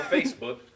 Facebook